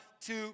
two